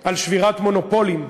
על שבירת מונופולים,